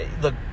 Look